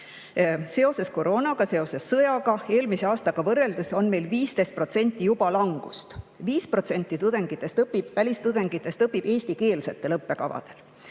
Seoses koroonaga, seoses sõjaga on eelmise aastaga võrreldes juba 15% langust. 5% välistudengitest õpib eestikeelsetel õppekavadel.